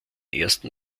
ersten